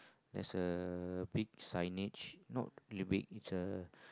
there's a beach signature not leaving each